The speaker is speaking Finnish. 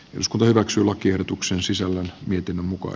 eduskunta hyväksyi lakiehdotuksen sisällön mietinnön mukaan